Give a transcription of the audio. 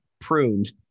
pruned